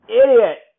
idiot